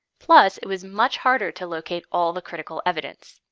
plus it was much harder to locate all the critical evidence.